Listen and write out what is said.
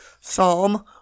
Psalm